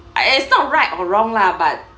it's not right or wrong lah but